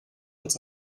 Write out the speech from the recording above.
als